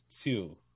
two